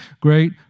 great